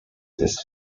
this